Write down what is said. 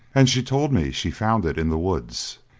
and she told me she found it in the woods.